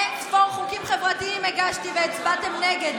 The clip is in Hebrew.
אין-ספור חוקים חברתיים הגשתי, והצבעתם נגד.